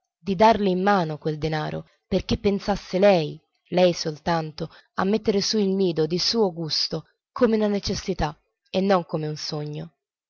di darle in mano quel denaro perché pensasse lei lei soltanto a metter su il nido di suo gusto come una necessità e non come un sogno